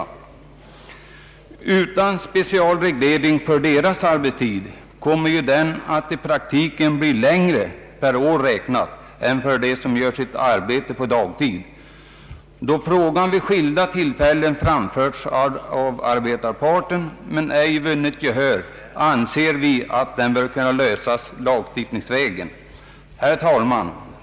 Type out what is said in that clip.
Utan specialreglering för deras arbetstid kommer ju den att i praktiken bli längre per år räknat än för dem som gör sitt arbete på dagtid. Då frågan vid skilda tillfällen framförts av arbetarparten men ej vunnit gehör anser jag att den bör kunna lösas lagstiftningsvägen. Herr talman!